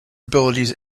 abilities